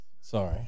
Sorry